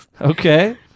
Okay